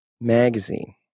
magazine